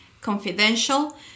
confidential